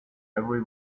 every